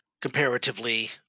comparatively